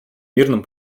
мирным